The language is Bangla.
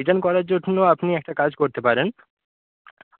রিটার্ন করার জন্য আপনি একটা কাজ করতে পারেন